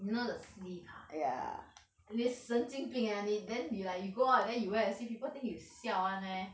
you know the sleeve ah 你神经病 ah 你 then you like you go out then you wear the sleeve people think you siao [one] eh